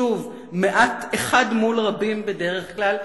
שוב אחד מול רבים בדרך כלל,